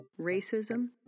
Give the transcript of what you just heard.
racism